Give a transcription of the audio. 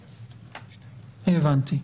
-- הבנתי.